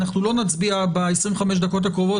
אנחנו לא נצביע ב-25 דקות הקרובות,